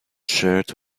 shirt